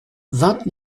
vingt